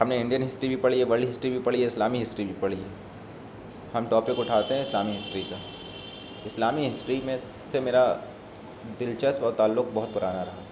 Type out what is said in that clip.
ہم نے Indian history بھی پڑھی ہے ورلڈ ہسٹری بھی پڑھی ہے اسلامی ہسٹری بھی پڑھی ہم ٹاپک اٹھاتے ہیں اسلامک ہسٹری کا اسلامی ہسٹری میں سے میرا دلچسپ اور تعلق بہت پرانا رہا